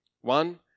one